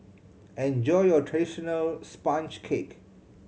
enjoy your traditional sponge cake